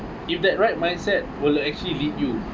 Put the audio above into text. if that right mindset will actually lead you